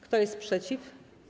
Kto jest przeciw?